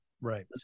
Right